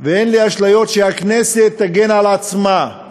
אין לי אשליות שהכנסת תגן על עצמה,